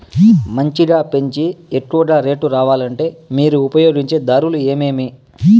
మంచిగా పెంచే ఎక్కువగా రేటు రావాలంటే మీరు ఉపయోగించే దారులు ఎమిమీ?